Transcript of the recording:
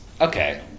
Okay